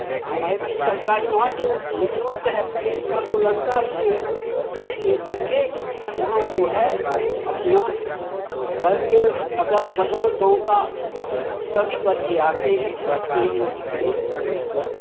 काहे कि सरकारी वहाँ तो निःशुल्क है पैसा तो लगता ही नहीं है इस लेकर के वहाँ जो है अपना घर के अगल बगल गाँव का सभी बच्चे आते हैं पढ़ते हैं लिखते हैं